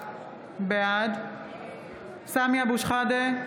בעד סמי אבו שחאדה,